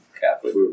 Catholic